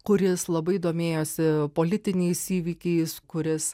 kuris labai domėjosi politiniais įvykiais kuris